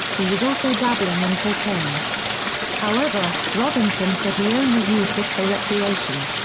he was also dabbling in cocaine however, robinson said he only used it for recreation.